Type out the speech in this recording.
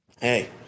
Hey